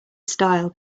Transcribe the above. style